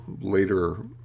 later